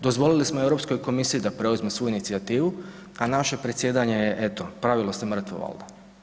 Dozvolili smo Europskoj komisiji da preuzme svu inicijativu, a naše predsjedanje je eto pravilo se mrtvo.